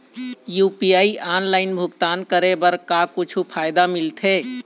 UPI online भुगतान करे बर का कुछू फायदा मिलथे?